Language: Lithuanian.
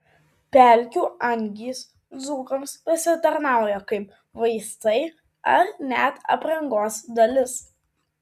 pelkių angys dzūkams pasitarnauja kaip vaistai ar net aprangos dalis